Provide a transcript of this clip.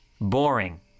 Boring